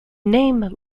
name